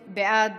בעד,